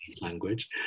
language